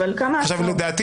אבל כמה --- לדעתי,